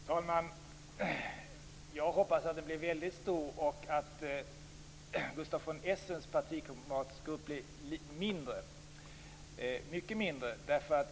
Fru talman! Jag hoppas att den blir väldigt stor, och att Gustaf von Essens partikamratsgrupp blir mindre, mycket mindre.